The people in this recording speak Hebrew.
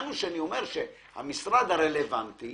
המשרד הרלוונטי